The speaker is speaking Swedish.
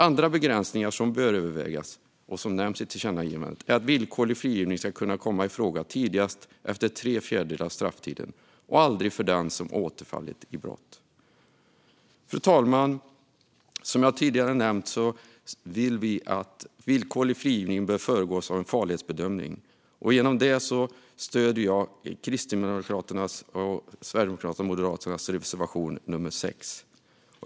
Andra begränsningar som bör övervägas, och som nämns i tillkännagivandet, är att villkorlig frigivning ska kunna komma i fråga tidigast efter tre fjärdedelar av strafftiden och aldrig för den som återfallit i brott. Fru talman! Som jag tidigare nämnt vill vi att villkorlig frigivning föregås av en farlighetsbedömning. Därmed stöder jag Kristdemokraternas, Sverigedemokraternas och Moderaternas reservation nummer 6.